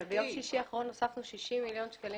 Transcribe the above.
ביום שישי האחרון הוספנו 60 מיליון שקלים